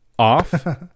off